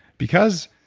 because,